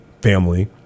family